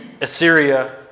Assyria